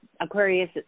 Aquarius